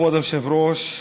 כבוד היושב-ראש,